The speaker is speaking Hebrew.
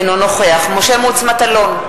אינו נוכח משה מטלון,